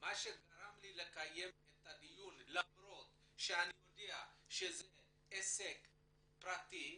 מה שגרם לי לקיים את הדיון למרות שאני יודע שזה עסק פרטי,